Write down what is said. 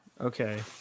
Okay